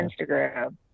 Instagram